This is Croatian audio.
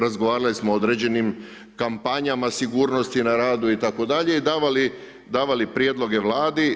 Razgovarali smo o određenim kampanjama sigurnosti na radu itd. i davali prijedloge Vladi.